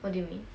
what do you mean